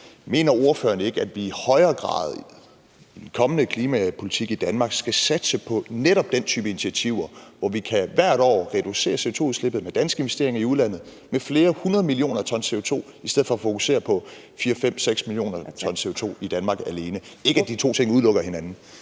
Mener ordføreren ikke, at vi i højere grad i den kommende klimapolitik i Danmark skal satse på netop den type initiativer, hvor vi hvert år med danske investeringer i udlandet kan reducere CO2-udslippet med flere hundrede millioner ton CO2 i stedet for at fokusere på 4, 5, 6 mio. t CO2 i Danmark alene? Ikke at de to ting udelukker hinanden.